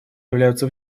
являются